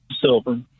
Silver